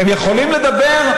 הם יכולים לדבר,